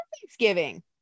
Thanksgiving